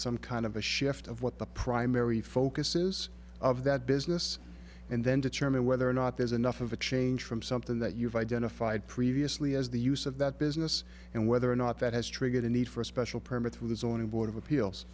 some kind of a shift of what the primary focus is of that business and then determine whether or not there's enough of a change from something that you've identified previously as the use of that business and whether or not that has triggered a need for a special permit through the zoning board of appeals